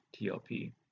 TLP